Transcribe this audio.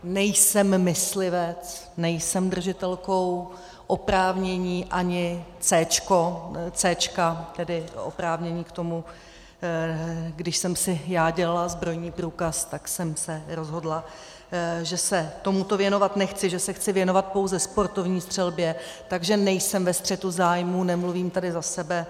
Nejsem myslivec, nejsem držitelkou oprávnění, ani céčka, tedy oprávnění k tomu když jsem si já dělala zbrojní průkaz, tak jsem se rozhodla, že se tomuto věnovat nechci, že se chci věnovat pouze sportovní střelbě, takže nejsem ve střetu zájmů, nemluvím tady za sebe.